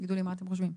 תגידו לי מה אתם חושבים.